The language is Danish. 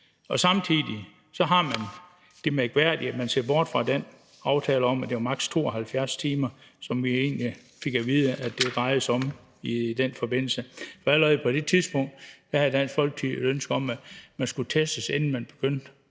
Samtidig er der det mærkværdige, at man ser bort fra den aftale om, at det var maks. 72 timer, som vi egentlig fik at vide at det drejede sig om i den forbindelse. For allerede på det tidspunkt havde Dansk Folkeparti et ønske om, at man skulle testes, inden man begyndte